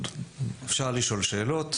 אפשר לשאול שאלות,